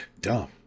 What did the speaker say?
Dumb